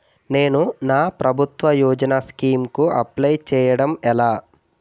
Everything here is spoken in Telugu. నేను నా ప్రభుత్వ యోజన స్కీం కు అప్లై చేయడం ఎలా?